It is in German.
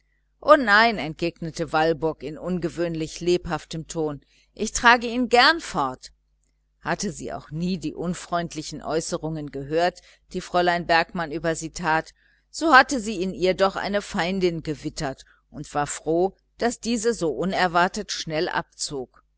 o nein entgegnete walburg in ungewöhnlich lebhaftem ton ich trage ihn gern fort hatte sie auch nie die unfreundlichen äußerungen gehört die fräulein bergmann über sie tat so hatte sie doch in ihr eine feindin gewittert und war froh daß diese so unerwartet schnell abzog